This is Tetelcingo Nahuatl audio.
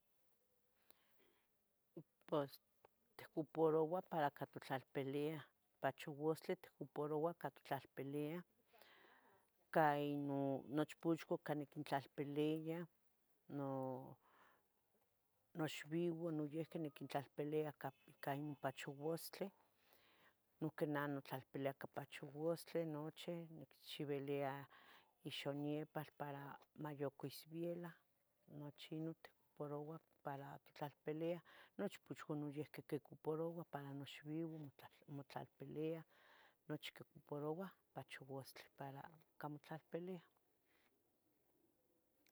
Pos ticuparouah para ca totlalpiliah, pachuastleh tocuparoua ca totlalpiliah ca ino nochpochua ca niquintlalpilia, no noxbiba noyihqui niquintlalpilia ca ino pachuastleh, noyiqui nah motlalpilia ca pachuastleh nochi nicchibilia ixuniepal para mayaca isbiela, nochi ino tocuparoua para totlalpiliah, nochpochua noyihqui quicuparouah para noxbiba mo motlalpiliah, nochi cocuparoua pachuastleh para ca motlalpiliah.